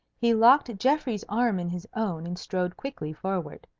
he locked geoffrey's arm in his own, and strode quickly forward.